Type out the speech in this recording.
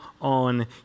on